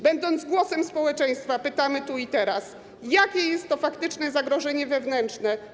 Będąc głosem społeczeństwa, pytamy tu i teraz: Jakie jest to faktyczne zagrożenie wewnętrzne?